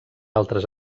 altres